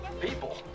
People